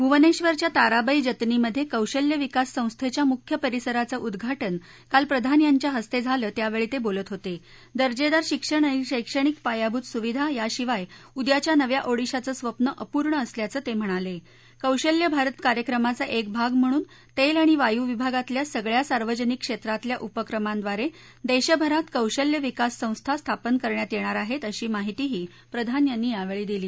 भुवनध्रिच्या ताराबाई जतनीमधक्रिशल्य विकास संस्थखा मुख्य परीसराचं उद्वाटन काल प्रधान यांच्या हस्त झालं त्यावरी त झालत होत इजेदार शिक्षण आणि शैक्षणिक पायाभूत सुविधा याशिवाय उद्याच्या नव्या ओडिशाचं स्वप्नं अपूर्ण असल्याचं त हिणाल क्रौशल्य भारत कार्यक्रमाचा एक भाग म्हणून तस्तआणि वायू विभागातल्या सगळ्या सार्वजनिक क्षम्रीतल्या उपक्रमांडारा दिशाभरात कौशल्य विकास संस्था स्थापन करण्यात यघ्तीर आहत्त अशी माहिती प्रधान यांनी यावळी दिली